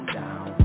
down